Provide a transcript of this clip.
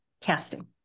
casting